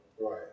Right